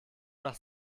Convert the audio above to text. nach